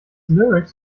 lyrics